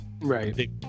Right